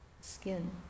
skin